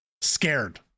scared